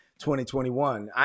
2021